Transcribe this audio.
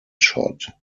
shot